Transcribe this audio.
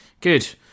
Good